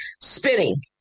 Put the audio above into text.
spinning